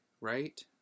Right